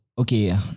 Okay